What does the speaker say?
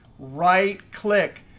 right click,